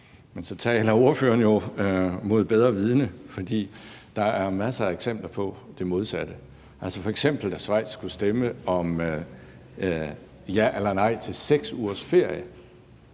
Men så taler ordføreren jo mod bedre vidende, for der er masser af eksempler på det modsatte, altså f.eks. da Schweiz skulle stemme ja eller nej til 6 ugers ferie.